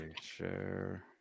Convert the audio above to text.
share